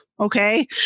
Okay